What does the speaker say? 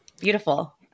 Beautiful